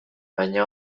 baina